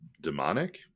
demonic